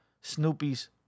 Snoopy's